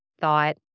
thought